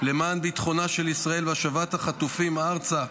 למען ביטחונה של ישראל והשבת החטופים ארצה,